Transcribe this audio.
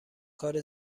کار